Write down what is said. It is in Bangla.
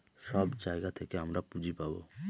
সব জায়গা থেকে আমরা পুঁজি পাবো